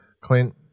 clint